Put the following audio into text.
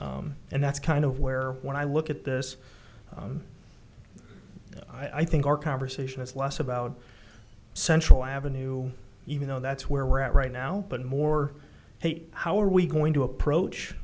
and that's kind of where when i look at this i think our conversation is less about central avenue even though that's where we're at right now but more heat how are we going to approach